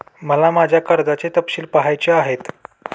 मला माझ्या कर्जाचे तपशील पहायचे आहेत